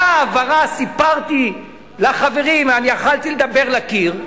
היתה העברה, סיפרתי לחברים, יכולתי לדבר לקיר.